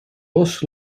bos